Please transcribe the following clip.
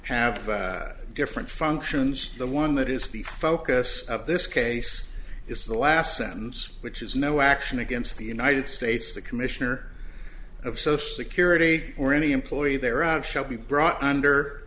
have different functions the one that is the focus of this case is the last sentence which is no action against the united states the commissioner of social security or any employee there out sh